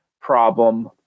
problem